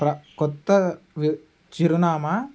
ప్ర క్రొత్త వి చిరునామా